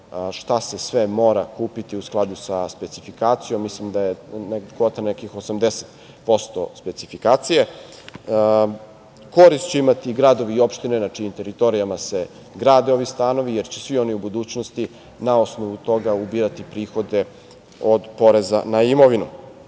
šta se sve mora kupiti u skladu sa specifikacijom. Mislim da je kvota nekih 80% specifikacija. Korist će imati gradovi i opštine, na čijim teritorijama se grade ovi stanovi, jer će svi oni u budućnosti, na osnovu toga ubirati prihode od poreza na imovinu.